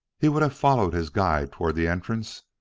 he would have followed his guide toward the entrance,